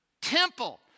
temple